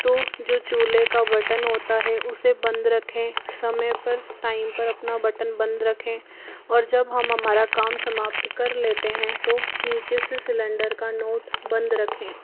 तो जो चूल्हे का बटन होता है उसे बंद रखें समय पर टाइम पर अपना बटन बंद रखें और जब हम हमार काम समाप्त कर लेते हैं तो नीचे से सिलेंडर का नोड बंद रखें